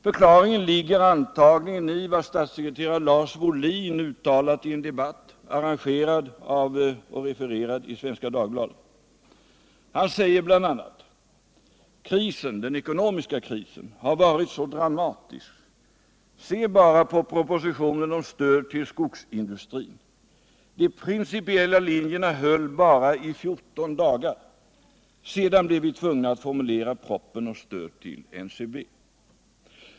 Förklaringen ligger antagligen i vad statssekreterare Lars Wohlin uttalat i en debatt arrangerad av och refererad i Svenska Dagbladet. Han säger bl.a.: Den ekonomiska krisen har varit så dramatisk. Se bara på propositionen om stöd till skogsindustrin. De principiella linjerna höll bara i fjorton dagar, sedan blev vi tvungna att formulera proppen om stöd till NCB.